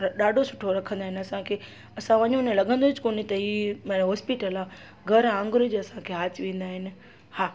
ॾाढो सुठो रखंदा आहिनि असांखे असां वञू न लॻंदो ई कोन्हे त हीअ हॉस्पिटल आहे घरु वांगुरु ई असांखे हा चईंदा आहिनि हा